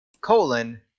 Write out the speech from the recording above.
colon